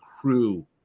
crew